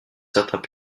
certains